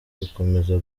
gukomeza